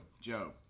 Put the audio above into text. Joe